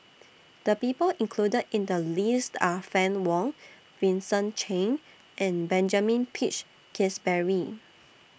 The People included in The list Are Fann Wong Vincent Cheng and Benjamin Peach Keasberry